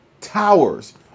towers